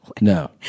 No